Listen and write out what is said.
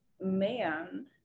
man